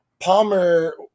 Palmer